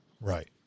Right